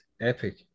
epic